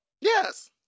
yes